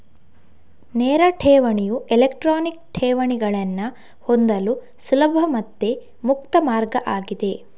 ನೇರ ಠೇವಣಿಯು ಎಲೆಕ್ಟ್ರಾನಿಕ್ ಠೇವಣಿಗಳನ್ನ ಹೊಂದಲು ಸುಲಭ ಮತ್ತೆ ಮುಕ್ತ ಮಾರ್ಗ ಆಗಿದೆ